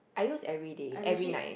I use everyday every night eh